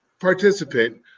participant